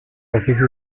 office